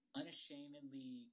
unashamedly